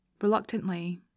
Reluctantly